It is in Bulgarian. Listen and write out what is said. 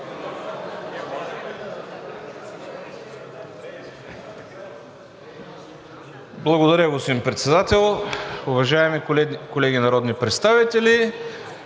Благодаря, господин Председател. Уважаеми колеги народни представители!